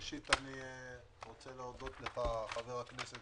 ראשית, אני מודה לך, חבר הכנסת